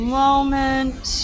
moment